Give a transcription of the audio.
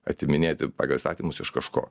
atiminėti pagal įstatymus už kažko